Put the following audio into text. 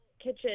kitchen